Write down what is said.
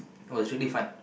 oh it was really fun